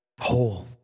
whole